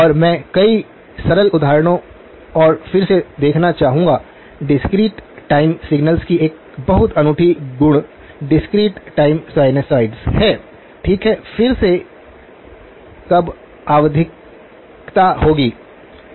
और मैं कई सरल उदाहरणों और फिर से देखना चाहूंगा डिस्क्रीट टाइम सिग्नल्स की एक बहुत अनूठी गुण डिस्क्रीट टाइम साइनसोइड्स है ठीक है फिर से कब आवधिकता होगी